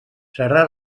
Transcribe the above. serà